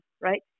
right